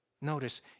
notice